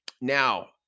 Now